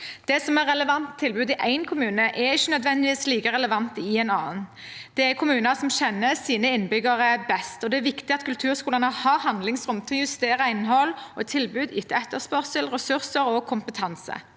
Det som er et relevant tilbud i én kommune, er ikke nødvendigvis like relevant i en annen. Det er kommunene som kjenner sine innbyggere best, og det er viktig at kulturskolene har handlingsrom til å justere innhold og tilbud etter etterspørsel, ressurser og kompetanse.